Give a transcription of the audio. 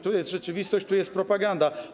Tu jest rzeczywistość, tu jest propaganda.